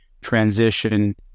transition